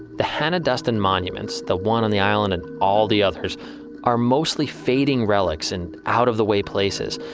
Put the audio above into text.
the hannah duston monuments, the one on the island and all the others are mostly fading relics in out of the way places.